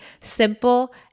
simple